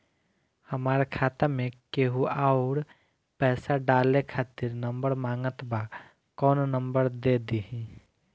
हमार खाता मे केहु आउर पैसा डाले खातिर नंबर मांगत् बा कौन नंबर दे दिही?